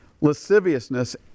lasciviousness